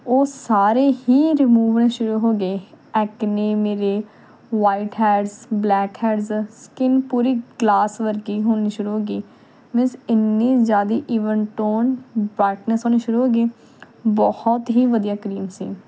ਉਹ ਸਾਰੇ ਹੀ ਰਿਮੂਵ ਹੋਣੇ ਸ਼ੁਰੂ ਹੋ ਗਏ ਐਕਨੇ ਮੇਰੇ white heads black heads skin ਪੂਰੀ ਗਲਾਸ ਵਰਗੀ ਹੋਣੀ ਸ਼ੁਰੂ ਹੋ ਗਈ ਮੀਨਜ ਇੰਨੀ ਜ਼ਿਆਦਾ ਈਵੰਨ ਟੋਨ ਵਾਈਟਨੈਂਸ ਆਉਣੀ ਸ਼ੁਰੂ ਹੋ ਗਈ ਬਹੁਤ ਹੀ ਵਧੀਆ ਕਰੀਮ ਸੀ